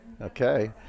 Okay